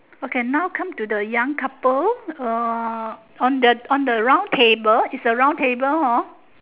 okay now come to the young couple uh on the on the round table is a round table hor